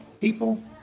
people